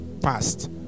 past